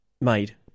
Made